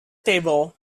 table